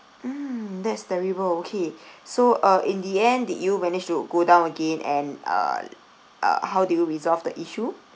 mm that's terrible okay so uh in the end did you manage to go down again and uh uh how do you resolve the issue